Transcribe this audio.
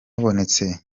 habonetse